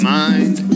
mind